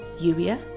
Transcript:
Yuya